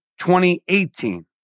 2018